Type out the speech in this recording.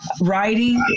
writing